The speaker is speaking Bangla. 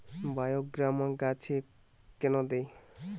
বায়োগ্রামা গাছে কেন দেয়?